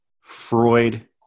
Freud